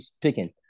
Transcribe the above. picking